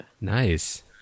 Nice